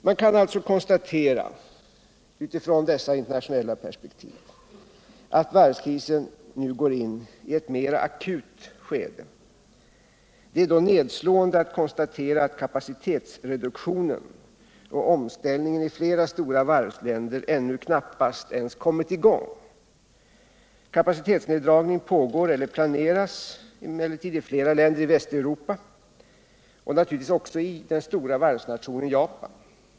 Utifrån detta internationella perspektiv kan vi alltså konstatera att varvskrisen nu går in i ett mer akut skede. Det är då nedslående att konstatera att kapacitetsreduktionen och omställningen i flera stora varvsländer ännu knappast ens kommit i gång. Kapacitetsneddragning pågår eller planeras emellertid i flera länder i Västeuropa och naturligtvis också i den stora varvsnationen Japan.